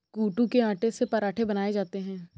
कूटू के आटे से पराठे बनाये जाते है